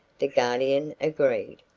the guardian agreed.